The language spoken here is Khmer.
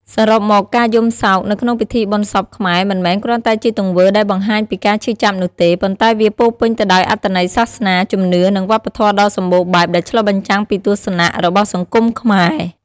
សរុបមក ការយំសោកនៅក្នុងពិធីបុណ្យសពខ្មែរមិនមែនគ្រាន់តែជាទង្វើដែលបង្ហាញពីការឈឺចាប់នោះទេ ប៉ុន្តែវាពោរពេញទៅដោយអត្ថន័យសាសនា ជំនឿ និងវប្បធម៌ដ៏សម្បូរបែបដែលឆ្លុះបញ្ចាំងពីទស្សនៈ របស់សង្គមខ្មែរ។